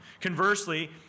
Conversely